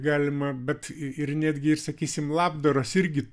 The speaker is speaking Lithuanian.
galima bet ir netgi ir sakysim labdaros irgi